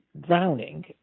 drowning